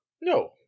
No